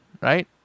Right